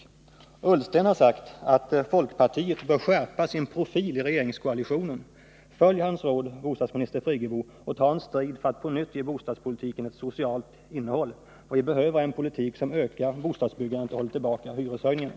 Ola Ullsten har sagt att folkpartiet bör skärpa sin profil i regeringskoalitionen. Följ hans råd, bostadsminister Friggebo, och ta en strid för att på nytt ge bostadspolitiken ett socialt innehåll! Vad vi behöver är en politik som ökar bostadsbyggandet och håller tillbaka hyreshöjningarna.